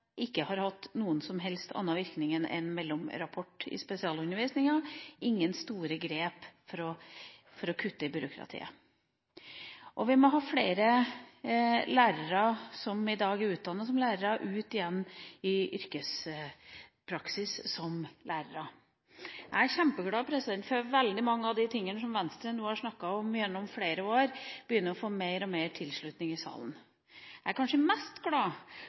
ikke har hatt noen som helst annen virkning enn en mellomrapport i spesialundervisninga – og ingen store grep for å kutte i byråkratiet. Og vi må ha flere lærere som i dag er utdannet som lærere, ut igjen i yrkespraksis som lærere. Jeg er kjempeglad for at veldig mange av de tingene som Venstre nå har snakket om gjennom flere år, begynner å få mer og mer tilslutning i salen. Jeg er kanskje mest glad